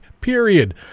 period